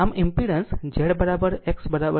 આમ impedance ZX0